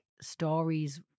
stories